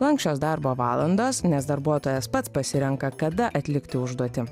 lanksčios darbo valandos nes darbuotojas pats pasirenka kada atlikti užduotį